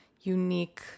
unique